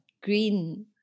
green